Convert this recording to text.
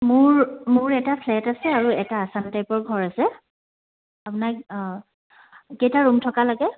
মোৰ মোৰ এটা ফ্লেট আছে আৰু এটা আচাম টাইপৰ ঘৰ আছে আপোনাক কেইটা ৰুম থকা লাগে